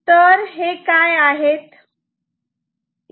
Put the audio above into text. तर हे काय आहेत